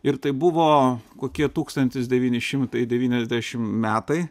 ir tai buvo kokie tūkstantis devyni šimtai devyniasdešim metai